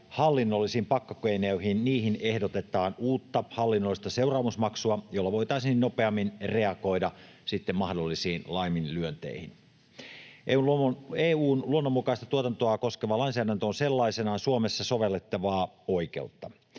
hallinnollisiin pakkokeinoihin — niihin ehdotetaan uutta hallinnollista seuraamusmaksua, jolla voitaisiin nopeammin reagoida sitten mahdollisiin laiminlyönteihin. EU:n luonnonmukaista tuotantoa koskeva lainsäädäntö on sellaisenaan Suomessa sovellettavaa oikeutta.